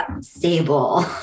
stable